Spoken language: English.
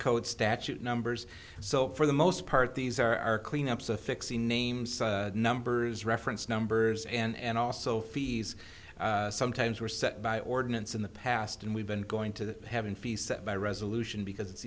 code statute numbers so for the most part these are cleanups affixing names numbers reference numbers and also fees sometimes were set by ordinance in the past and we've been going to have an fisa by resolution because it's